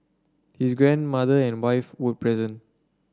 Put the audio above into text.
his grandmother and wife would present